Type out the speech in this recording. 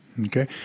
Okay